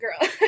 girl